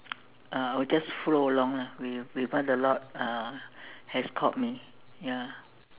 uh I will just follow along lah with with what the Lord uh has called me ya